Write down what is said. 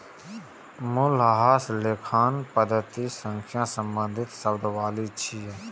मूल्यह्रास लेखांकन पद्धति सं संबंधित शब्दावली छियै